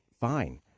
fine